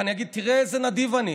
ואני אגיד: תראה איזה נדיב אני.